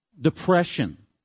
depression